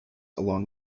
along